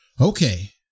Okay